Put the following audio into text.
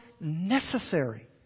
necessary